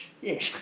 yes